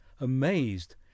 amazed